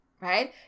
right